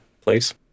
place